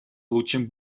лучшем